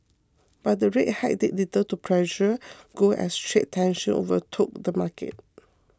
but the rate hike did little to pressure gold as trade tensions overtook the market